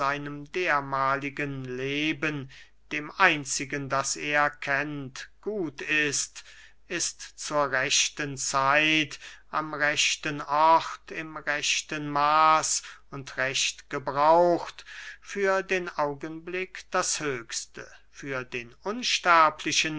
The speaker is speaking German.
seinem dermahligen leben dem einzigen das er kennt gut ist ist zur rechten zeit am rechten ort im rechten maß und recht gebraucht für den augenblick das höchste für den unsterblichen